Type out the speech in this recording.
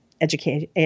education